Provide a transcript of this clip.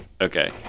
Okay